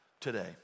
today